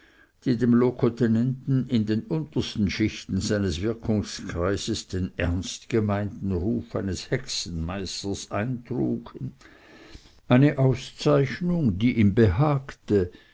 die dem locotenenten in den untersten schichten seines wirkungskreises den ernstgemeinten ruf eines hexenmeisters eintrugen eine auszeichnung die ihm behagte